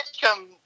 come